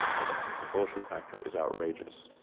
but like the the bullshit factor is outrageous.